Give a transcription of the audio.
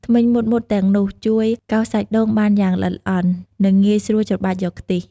ធ្មេញមុតៗទាំងនោះជួយកោសសាច់ដូងបានយ៉ាងល្អិតល្អន់ និងងាយស្រួលច្របាច់យកខ្ទិះ។